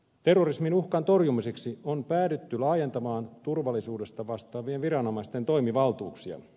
terrorismin uhkan torjumiseksi on päädytty laajentamaan turvallisuudesta vastaavien viranomaisten toimivaltuuksia